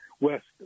west